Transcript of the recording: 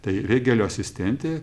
tai regelio asistentė